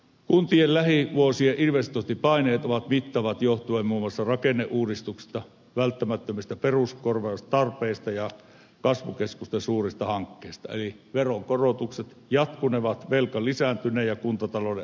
kuntien lähivuosien investointipaineet ovat mittavat johtuen muun muassa rakenneuudistuksista välttämättömistä peruskorjaustarpeista ja kasvukeskusten suurista hankkeista eli veronkorotukset jatkunevat velka lisääntynee ja kuntatalouden ahdinko pahenee